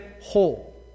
whole